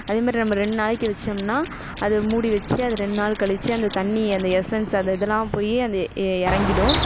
அதேமாதிரி நம்ம ரெண்டு நாளைக்கு வச்சோம்னா அது மூடி வச்சு அது ரெண்டு நாள் கழிச்சி அந்த தண்ணியை அந்த எஸ்சென்ஸ் அந்த இதெல்லாம் போய் அது இறங்கிடும்